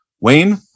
Wayne